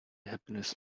happiness